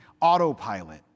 autopilot